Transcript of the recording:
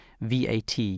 VAT